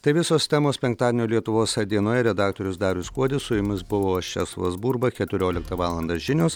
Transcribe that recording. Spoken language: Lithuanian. tai visos temos penktadienio lietuvos dienoje redaktorius darius kuodis su jumis buvo aš česlovas burba keturioliktą valandą žinios